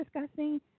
discussing